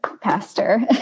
pastor